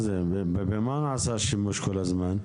במה נעשה שימוש כל הזמן?